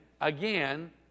again